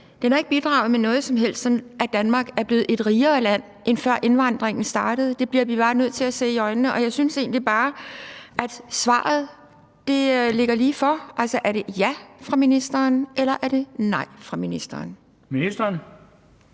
Den har ikke bidraget med noget som helst, som har betydet, at Danmark er blevet et rigere land, end før indvandringen startede – det bliver vi bare nødt til at se i øjnene. Og jeg synes egentlig bare, at svaret ligger lige for. Er det et ja eller et nej fra ministeren? Kl.